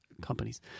Companies